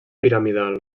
piramidal